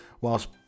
whilst